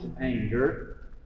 anger